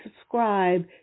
subscribe